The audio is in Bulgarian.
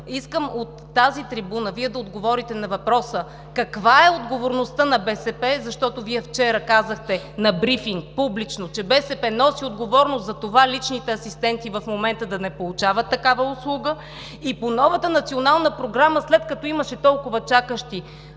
искам от тази трибуна да отговорите на въпроса: каква е отговорността на БСП, защото Вие вчера казахте на брифинг, публично, че БСП носи отговорност за това личните асистенти в момента да не получават такава услуга; и по новата национална програма, след като имаше толкова чакащи